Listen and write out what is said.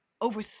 over